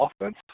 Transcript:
offense